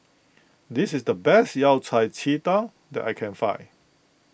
this is the best Yao Cai Ji Tang that I can find